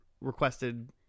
requested